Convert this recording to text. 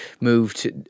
moved